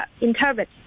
interpret